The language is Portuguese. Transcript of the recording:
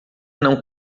não